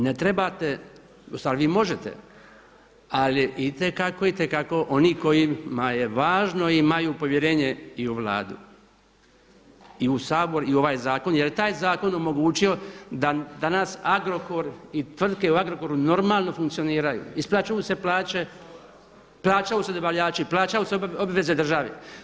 Prema tome, ne trebate, u stvari vi možete ali itekako, itekako oni kojima je važno imaju povjerenje i u Vladu i u Sabor i u ovaj zakon jer je taj zakon omogućio da danas Agrokor i tvrtke u Agrokoru normalno funkcioniranju, isplaćuju se plaće, plaćaju se dobavljači, plaćaju se obveze države.